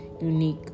unique